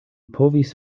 povis